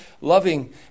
loving